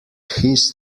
his